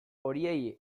horiei